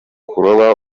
kuroba